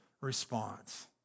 response